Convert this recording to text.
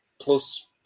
plus